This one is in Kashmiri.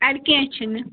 اَدٕ کیٚنٛہہ چھُنہٕ